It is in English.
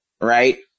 Right